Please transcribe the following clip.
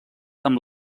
amb